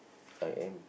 I am